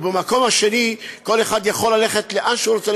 ובמקום השני כל אחד יכול ללכת לאן שהוא רוצה,